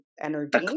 energy